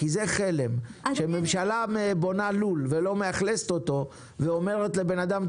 כי זה חלם שממשלה בונה לול ולא מאכלסת אותו ואומרת לאדם: